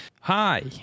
Hi